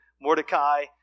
Mordecai